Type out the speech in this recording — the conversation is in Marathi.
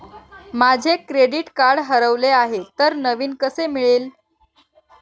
माझे क्रेडिट कार्ड हरवले आहे तर नवीन कसे मिळेल?